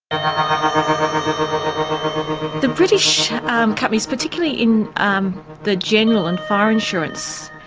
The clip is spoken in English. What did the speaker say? ah um the british um companies, particularly in um the general and fire insurance,